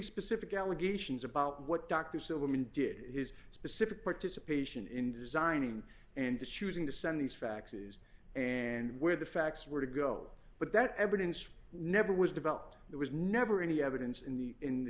specific allegations about what dr silliman did his specific participation in designing and the choosing to send these faxes and where the facts were to go but that evidence never was developed there was never any evidence in the in the